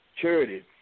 Charity